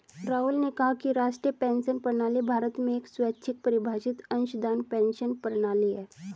राहुल ने कहा कि राष्ट्रीय पेंशन प्रणाली भारत में एक स्वैच्छिक परिभाषित अंशदान पेंशन प्रणाली है